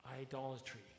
idolatry